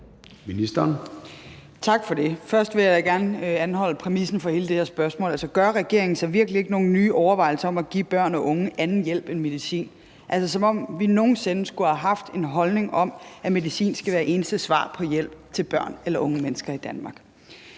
Tak for det. Først vil jeg gerne anholde præmissen for hele det her spørgsmål, som går på, om regeringen virkelig ikke gør sig nogen nye overvejelser om at give børn og unge anden hjælp end medicin – altså, som om vi nogen sinde skulle have haft en holdning om, at medicin skal være eneste svar på hjælp til børn eller unge mennesker i Danmark.